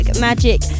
magic